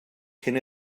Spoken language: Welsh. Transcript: cyn